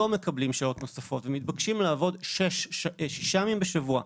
לא מקבלים שעות נוספות ומתבקשים לעבוד שישה ימים בשבוע,